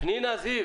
אותו סוכן,